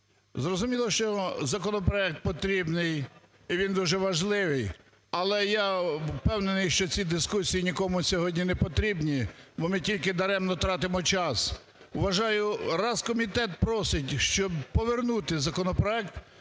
Зрозуміло, законопроект потрібний і він дуже важливий. Але я впевнений, що ці дискусії нікому сьогодні не потрібні, бо ми тільки даремно тратимо час. Вважаю, раз комітет просить, щоб повернути законопроект,